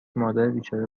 مادربیچاره